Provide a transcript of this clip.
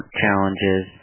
challenges